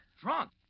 Drunk